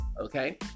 okay